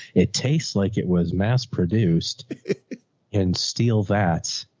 it tastes like it was mass produced and steal that.